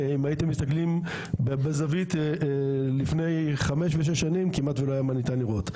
אם הייתם מסתכלי בזווית לפני חמש ושש שנים כמעט ולא היה ניתן מה לראות.